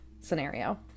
scenario